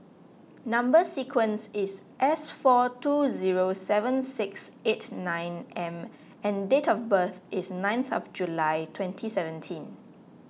Number Sequence is S four two zero seven six eight nine M and date of birth is ninth of July twenty seventeen